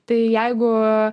tai jeigu